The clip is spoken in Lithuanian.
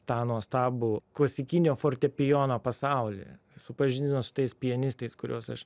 tą nuostabų klasikinio fortepijono pasaulį supažindino su tais pianistais kuriuos aš